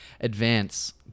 advance